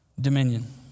dominion